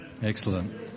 Excellent